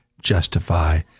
justify